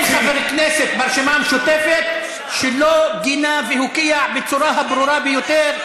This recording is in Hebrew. אין חבר כנסת ברשימה המשותפת שלא גינה והוקיע בצורה הברורה ביותר,